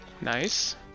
nice